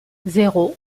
zéro